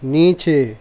نیچے